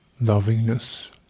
lovingness